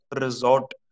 resort